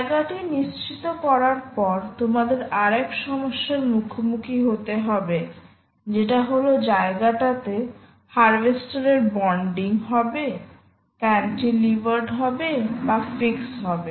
জায়গাটি নিশ্চিত করার পর তোমাদের আর এক সমস্যার মুখোমুখি হতে হবে যেটা হলো জায়গাতে হারভেস্টারের বন্ডিং হবেক্যান্টিলিভার্ড হবে বা ফিক্স হবে